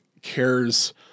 cares